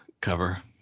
cover